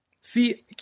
See